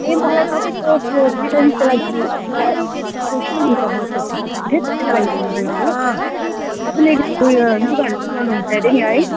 ए मलाई तपाईँको त्यो त्यसैको लागि फोन गरेको थिएँ तपाईँले उयो लुगाहरू सिलाउनु हुन्छ हरे नि है